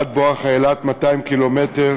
עד בואכה אילת, 200 ק"מ